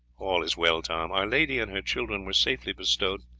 all is well, tom our lady and her children were safely bestowed,